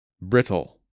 brittle